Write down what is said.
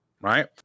Right